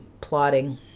plotting